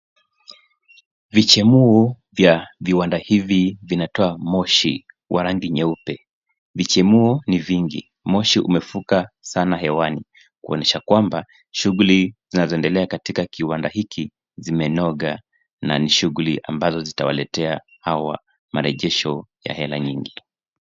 Vichemuo vya viwanda hivi vinatoa moshi wa rangi nyeupe. Vichemuo ni vingi. Moshi umefuka sana hewan ikuonyesha kwamba shughuli zinazoendelea katika kiwanda hiki zimenoga na ni shughuli ambazo zitawaletea hawa marejesho ya hela nyingi.